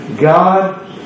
God